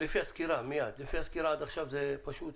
לפי הסקירה עד עכשיו זה פשוט,